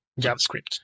JavaScript